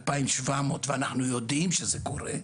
אלפיים שבע מאות ואנחנו יודעים שזה קורה,